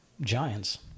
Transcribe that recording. giants